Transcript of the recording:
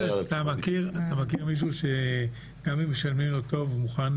אתה מכיר מישהו שגם אם משלמים לו טוב מוכן